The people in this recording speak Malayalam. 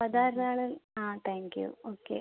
അതാരതാണ് ആ താങ്ക് യൂ ഓക്കെ